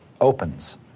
opens